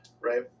right